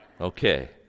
Okay